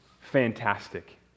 fantastic